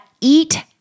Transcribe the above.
eat